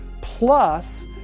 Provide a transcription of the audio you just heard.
plus